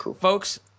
folks